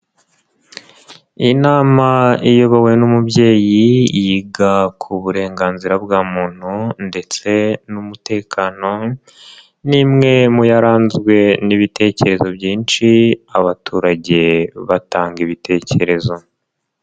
Inama iyobowe n'umubyeyi yiga ku burenganzira bwa muntu ndetse n'umutekano, ni imwe mu yaranzwe n'ibitekerezo byinshi abaturage batanga ibitekerezo.